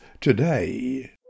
today